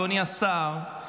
אדוני השר,